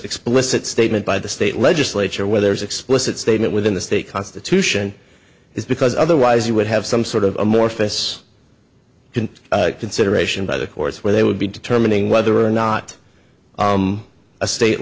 explicit statement by the state legislature where there's explicit statement within the state constitution it's because otherwise you would have some sort of amorphous can consideration by the courts where they would be determining whether or not a state